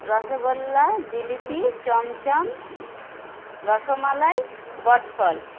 রসগোল্লা জিলিপি চমচম রসমালাই বটফল